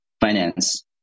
finance